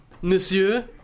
Monsieur